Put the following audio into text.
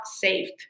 saved